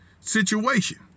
situation